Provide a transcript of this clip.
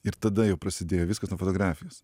ir tada jau prasidėjo viskas nuo fotografijos